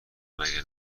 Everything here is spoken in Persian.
مگه